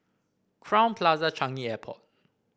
Crowne Plaza Changi Airport